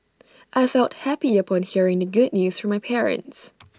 I felt happy upon hearing the good news from my parents